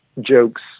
jokes